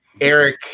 Eric